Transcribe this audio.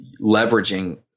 leveraging